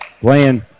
playing